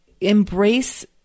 embrace